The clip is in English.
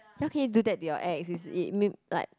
how can you do that to your ex is it me like